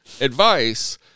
advice